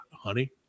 honey